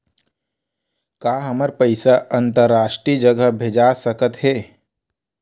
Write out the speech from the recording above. का हमर पईसा अंतरराष्ट्रीय जगह भेजा सकत हे?